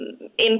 impact